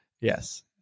Yes